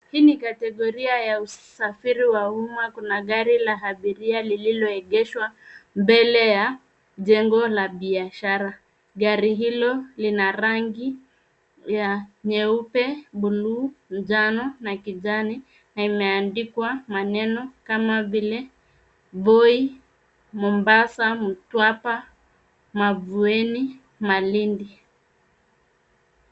Hii ni kategoria ya usafiri wa umma. Kuna gari la abiria lililoegeshwa mbele ya jengo la biashara. Gari hilo lina rangi ya nyeupe, bluu, njano na kijani na imeandikwa maneno kama vile, Voi, Mombasa, Mtwapa, Mavueni, Malindi.